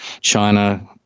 China